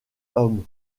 homme